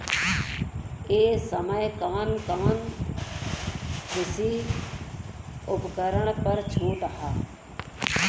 ए समय कवन कवन कृषि उपकरण पर छूट ह?